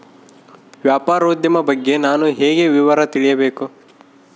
ವ್ಯಾಪಾರೋದ್ಯಮ ಬಗ್ಗೆ ನಾನು ಹೇಗೆ ವಿವರ ತಿಳಿಯಬೇಕು?